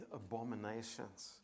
abominations